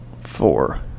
four